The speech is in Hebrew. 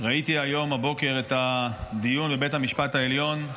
ראיתי היום, הבוקר, את הדיון בבית המשפט העליון,